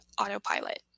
Autopilot